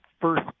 first